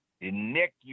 Nick